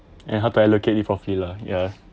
and how do I locate it for free lah ya